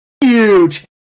Huge